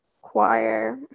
choir